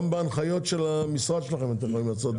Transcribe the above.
בהנחיות של המשרד שלכם אתם יכולים לעשות את זה.